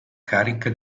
carica